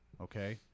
Okay